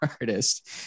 artist